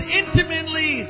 intimately